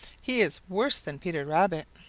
he is worse than peter rabbit.